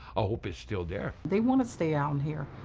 i hope it's still there. they want to stay down here.